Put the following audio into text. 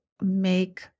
make